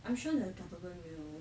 I am sure that the government will